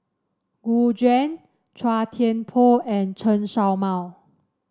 Gu Juan Chua Thian Poh and Chen Show Mao